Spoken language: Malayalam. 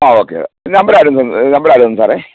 ആ ഓക്കെ നമ്പർ ആര് തന്ന് നമ്പർ ആര് തന്ന് സാറെ